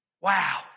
Wow